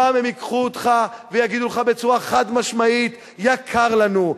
הפעם הם ייקחו אותך ויגידו לך בצורה חד-משמעית: יקר לנו,